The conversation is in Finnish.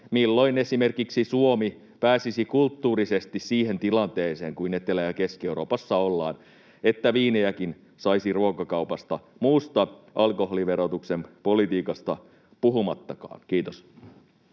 milloin esimerkiksi Suomi pääsisi kulttuurisesti siihen tilanteeseen, missä Etelä- ja Keski-Euroopassa ollaan, että viinejäkin saisi ruokakaupasta, muusta alkoholiverotuksen politiikasta puhumattakaan. — Kiitos.